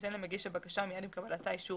תיתן למגיש הבקשה מיד עם קבלתה אישור